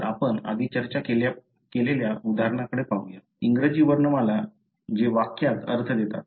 तर आपण आधी चर्चा केलेल्या उदाहरणाकडे पाहूया इंग्रजी वर्णमाला जे वाक्यात अर्थ देतात